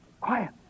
Quiet